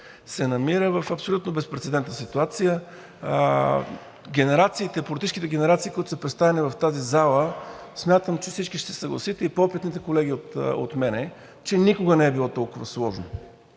се намира в абсолютно безпрецедентна ситуация. Политическите генерации, които са представени в тази зала, смятам, че всички ще се съгласите, и по-опитните колеги от мен, че никога не е било толкова сложно